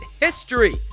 history